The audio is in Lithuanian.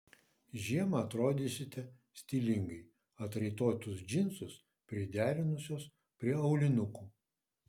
žiemą atrodysite stilingai atraitotus džinsus priderinusios prie aulinukų